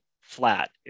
flat